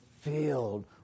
filled